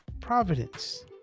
providence